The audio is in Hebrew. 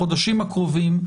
בחודשים הקרובים,